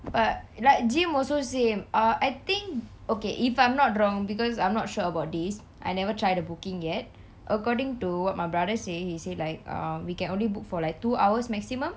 but like gym also same uh I think okay if I'm not wrong because I'm not sure about this I never try the booking yet according to what my brother say he say like err we can only book for like two hours maximum